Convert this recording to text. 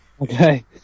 Okay